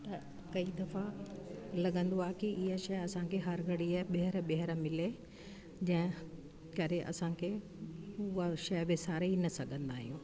त कई दफ़ा लॻंदो आहे कि ईअ शइ असांखे हर घड़ी ॿीहर ॿीहर मिले जंहिम करे असांखे उहा शइ विसारे ई न सघंदा आहियूं